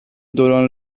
دوران